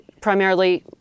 Primarily